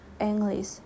English